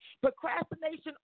Procrastination